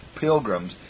pilgrims